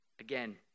again